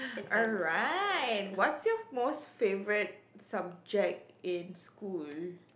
alright what's your most favourite subject in school